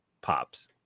pops